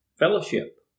Fellowship